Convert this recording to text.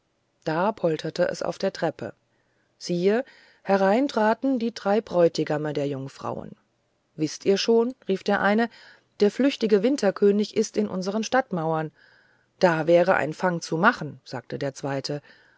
da polterte es auf der treppe siehe herein traten die drei bräutigame der jungfrauen wißt ihr schon rief der eine der flüchtige winterkönig ist in unseren stadtmauern da wäre ein fang zu machen sagte der zweite